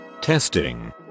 Testing